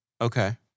Okay